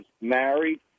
married